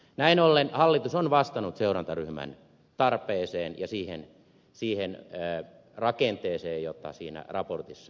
näin ollen hallitus on vastannut seurantaryhmän tarpeeseen ja siihen rakenteeseen joka siinä raportissa todetaan